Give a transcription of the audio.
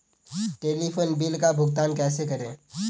Telephone bill का भुगतान कैसे करें?